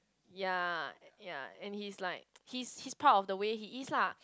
ya ya and he's like he's he's proud of the way he is lah